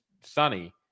sunny